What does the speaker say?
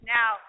Now